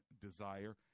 desire